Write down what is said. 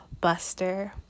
buster